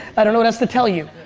i don't know what else to tell you.